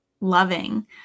loving